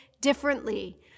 differently